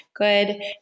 Good